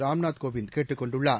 ராம்நாத் கோவிந்த் கேட்டுக் கொண்டுள்ளார்